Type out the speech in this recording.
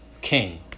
King